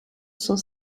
cent